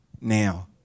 now